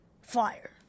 Fire